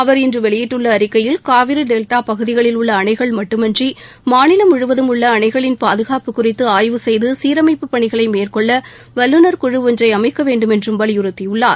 அவர் இன்று வெளியிட்டுள்ள அறிக்கையில் காவிரி டெல்டா பகுதிகளில் உள்ள அணைகள் மட்டுமன்றி மாநில முழுவதும் உள்ள அணைகளின் பாதுகாப்பு குறித்து ஆய்வு செய்து சீரமைப்புப் பணிகளை மேற்கொள்ள வல்லுநர் குழு ஒன்றை அமைக்க வேண்டுமென்றும் வலியுறுத்தியுள்ளார்